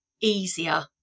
easier